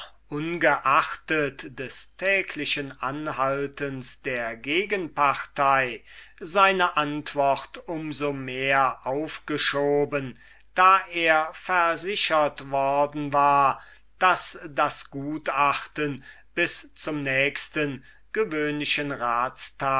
ungeachtet des täglichen anhaltens der gegenpartei seine antwort um so mehr aufgeschoben da er versichert worden war daß das gutachten bis zum nächsten gewöhnlichen